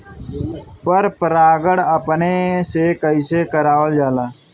पर परागण अपने से कइसे करावल जाला?